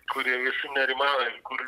kuriem visi nerimaujam kur